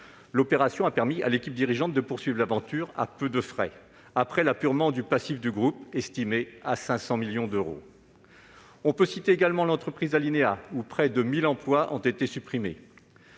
l'opération ayant permis à l'équipe dirigeante de poursuivre l'aventure à peu de frais après l'apurement du passif du groupe, estimé à 500 millions d'euros. On peut citer également l'entreprise Alinéa, qui a supprimé près de 1 000 emplois. Permettez-moi